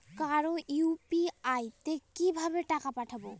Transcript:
কারো ইউ.পি.আই তে কিভাবে টাকা পাঠাবো?